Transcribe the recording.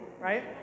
right